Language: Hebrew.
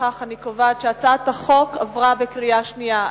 לפיכך אני קובעת שהצעת החוק עברה בקריאה שנייה.